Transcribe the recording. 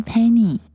Penny